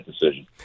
decision